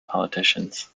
politicians